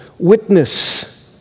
witness